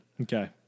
Okay